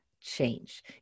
change